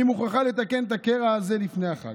אני מוכרחה לתקן את הקרע הזה לפני החג.